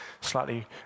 slightly